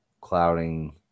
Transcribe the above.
clouding